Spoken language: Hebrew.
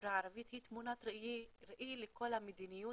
בחברה הערבית הם תמונת ראי לכל המדיניות